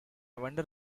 wondered